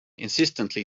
insistently